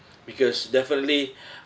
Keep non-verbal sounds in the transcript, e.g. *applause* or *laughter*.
because definitely *breath*